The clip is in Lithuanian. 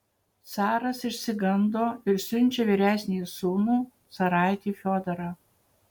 caras išsigando ir siunčia vyresnįjį sūnų caraitį fiodorą